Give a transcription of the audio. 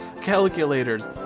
calculators